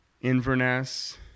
Inverness